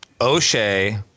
O'Shea